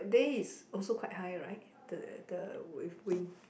that day is also quite high right the the with win